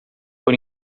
por